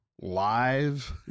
live